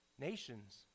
Nations